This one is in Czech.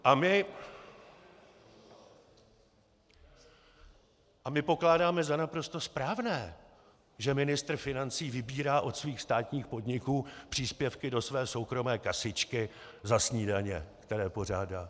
A my pokládáme za naprosto správné, že ministr financí vybírá od svých státních podniků příspěvky do své soukromé kasička za snídaně, které pořádá.